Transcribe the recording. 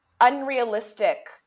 unrealistic